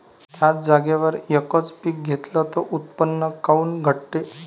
थ्याच जागेवर यकच पीक घेतलं त उत्पन्न काऊन घटते?